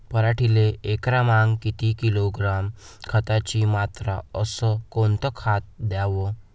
पराटीले एकरामागं किती किलोग्रॅम खताची मात्रा अस कोतं खात द्याव?